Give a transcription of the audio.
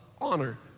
honor